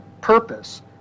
purpose